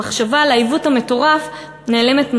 המחשבה על העיוות המטורף נעלמת מהר.